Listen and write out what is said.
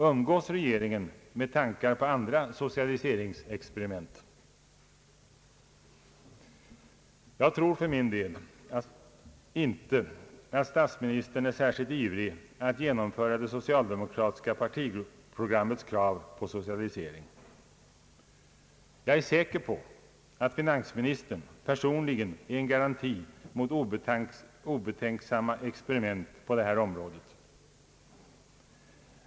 Umgås regeringen med tankar på andra socialiseringsexperiment? Jag tror för min del inte att statsministern är särskilt ivrig att genomföra det socialdemokratiska partiprogrammets krav på socialisering. Jag är säker på att finansministern personligen är en garanti mot obetänksamma experiment på detta område.